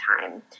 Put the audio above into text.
time